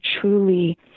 truly